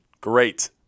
Great